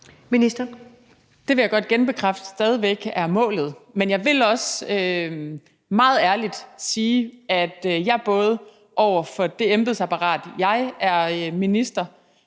Det vil jeg godt genbekræfte stadig væk er målet, men jeg vil også meget ærligt sige, at jeg både over for det embedsapparat, jeg er minister